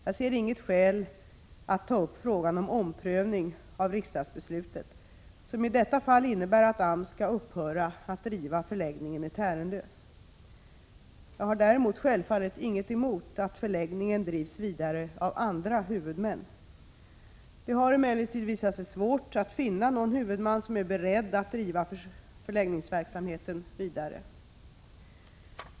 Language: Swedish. Jag ser inget skäl att ta upp frågan om omprövning av riksdagsbeslutet, som i detta fall innebär att AMS skall upphöra att driva förläggningen i Tärendö. Jag har däremot självfallet inget emot att förläggningen drivs vidare av andra huvudmän. Det har emellertid visat sig svårt att finna någon huvudman som är beredd att driva förläggningsverksamheten vidare.